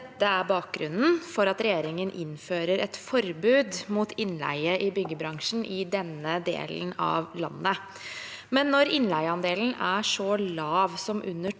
dette er bakgrunnen for at regjeringen innfører et forbud mot innleie i byggebransjen i denne delen av landet. Men når innleieandelen er så lav som under